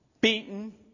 Beaten